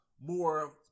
more